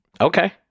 Okay